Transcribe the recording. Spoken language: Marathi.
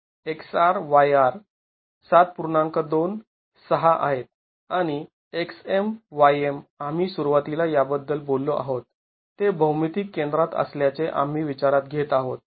२६ आहेत आणि x M y M आम्ही सुरुवातीला याबद्दल बोललो आहोत ते भौमितिक केंद्रात असल्याचे आम्ही विचारात घेत आहोत